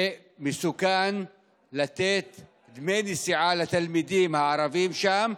ומסוכן לתת דמי נסיעה לתלמידים הערבים שם,